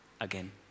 again